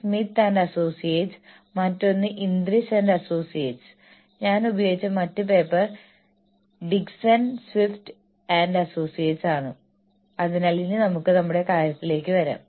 മുതിർന്ന എക്സിക്യൂട്ടീവുകൾക്കുള്ള ദീർഘകാല പ്രോത്സാഹന പദ്ധതികൾ എങ്ങനെ എന്തുകൊണ്ട് ആവശ്യമാണെന്നും അവ എങ്ങനെ നടപ്പാക്കണമെന്നും അറിയേണ്ടതുണ്ടെന്ന് ഞങ്ങൾക്കറിയാം